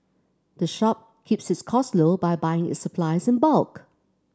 the shop keeps its costs low by buying its supplies in bulk